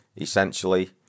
essentially